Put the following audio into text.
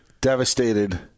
devastated